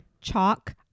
Chalk